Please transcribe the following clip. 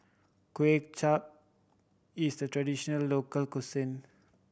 Kuay Chap is a traditional local cuisine